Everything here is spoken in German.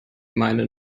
meine